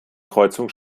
kreuzung